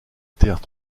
terre